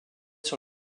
sur